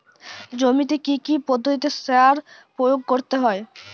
জমিতে কী কী পদ্ধতিতে সার প্রয়োগ করতে হয়?